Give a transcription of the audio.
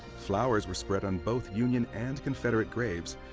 flowers were spread on both union and confederate graves,